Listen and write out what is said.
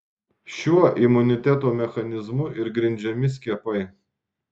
šiuo imuniteto mechanizmu ir grindžiami skiepai